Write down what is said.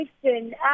question